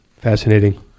Fascinating